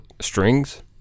strings